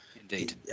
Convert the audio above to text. Indeed